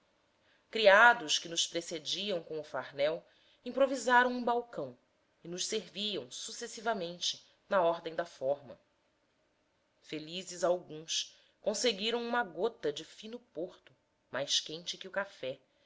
criados que nos precediam com o farnel improvisaram um balcão e nos serviam sucessivamente na ordem da forma felizes alguns conseguiram uma gota de fino porto mais quente que o café